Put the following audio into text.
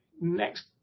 next